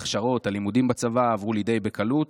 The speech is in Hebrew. ההכשרות, הלימודים בצבא עברו לי די בקלות,